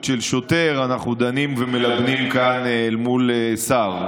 של שוטר אנחנו דנים ומלבנים כאן אל מול שר,